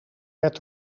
werd